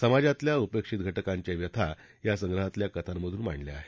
समाजातल्या उपेशित घ कांच्या व्यथा या संग्रहातल्या कथांमधून मांडल्या आहेत